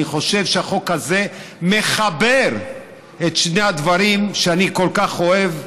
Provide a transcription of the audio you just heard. אני חושב שהחוק הזה מחבר את שני הדברים שאני כל כך אוהב,